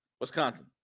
Wisconsin